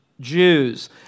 Jews